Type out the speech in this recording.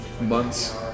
months